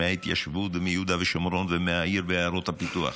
מההתיישבות ומיהודה ושומרון ומהעיר ומעיירות הפיתוח,